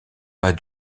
pas